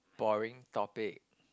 boring topic